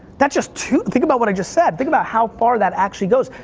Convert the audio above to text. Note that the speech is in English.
that just two, think about what i just said. think about how far that actually goes.